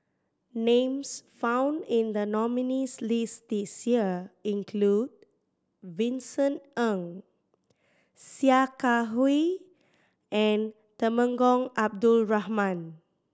names found in the nominees' list this year include Vincent Ng Sia Kah Hui and Temenggong Abdul Rahman